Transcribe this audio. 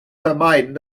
vermeiden